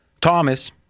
Thomas